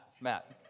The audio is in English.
Matt